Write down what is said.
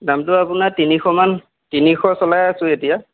দামটো আপোনাৰ তিনিশমান তিনিশ চলাই আছোঁ এতিয়া